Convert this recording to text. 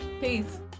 Peace